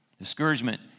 Discouragement